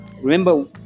remember